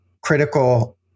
critical